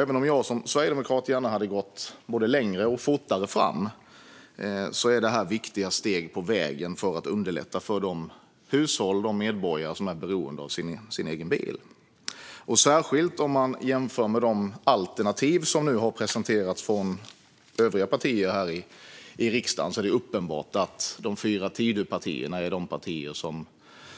Även om jag som sverigedemokrat gärna hade gått både längre och fortare fram är det här viktiga steg på vägen för att underlätta för de hushåll och de medborgare som är beroende av sin egen bil. Särskilt om man jämför med de alternativ som nu har presenterats från övriga partier här i riksdagen är det uppenbart att de fyra Tidöpartierna är de partier som